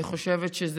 אני חושבת,